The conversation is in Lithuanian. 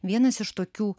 vienas iš tokių